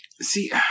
See